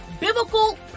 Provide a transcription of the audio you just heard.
biblical